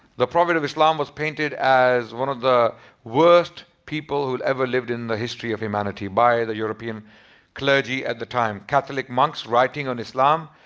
the prophet of islam was painted as one of the worst people who ever lived in the history of humanity by the european clergy at the time. catholic monks writing on islam,